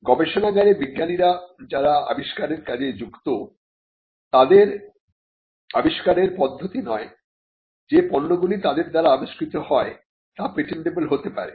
গবেষণাগারে বিজ্ঞানীরা যারা আবিষ্কারের কাজে যুক্ত তাদের আবিষ্কারের পদ্ধতি নয় যে পণ্যগুলি তাদের দ্বারা আবিষ্কৃত হয় তা পেটেন্টেবল হতে পারে